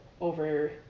over